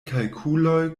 kalkuloj